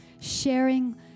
sharing